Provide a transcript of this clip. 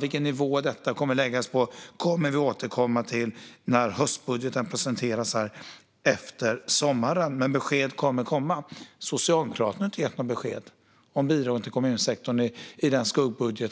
Vilken nivå det läggs på återkommer vi till i höstbudgeten. Besked kommer alltså. Socialdemokraterna har dock inte gett något besked om bidragen till kommunsektorn i sin skuggbudget.